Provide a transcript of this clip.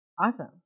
Awesome